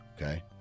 okay